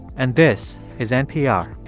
and this is npr